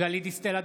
גלית דיסטל אטבריאן,